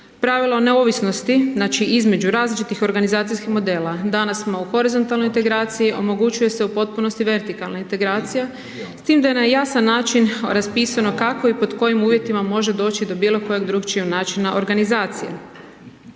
Pravilo neovisnosti znači između različitih organizacijskih modela, danas smo u horizontalnoj integraciji, omogućuje se u potpunosti vertikalna integracija s tim da je na jasan način raspisano kako i pod kojim uvjetima može doći do bilo kojeg drukčijeg načina organizacije.